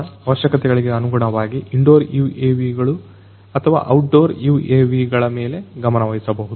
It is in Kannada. ನಿಮ್ಮ ಅವಶ್ಯಕತೆಗಳಿಗೆ ಅನುಗುಣವಾಗಿ ಇಂಡೋರ್ UAV ಗಳು ಅಥವಾ ಔಟ್ ಡೋರ್ UAV ಗಳ ಮೇಲೆ ಗಮನವಹಿಸಬಹುದು